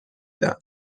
دهم